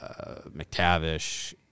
McTavish